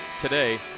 today